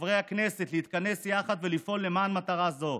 חברי הכנסת, להתכנס יחד ולפעול למען מטרה זו.